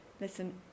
listen